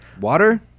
Water